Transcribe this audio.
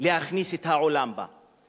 להכניס את העולם בה.